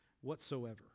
whatsoever